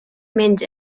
menys